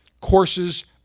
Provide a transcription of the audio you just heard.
courses